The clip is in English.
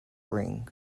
ring